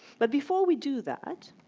but, before we do that,